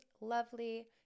lovely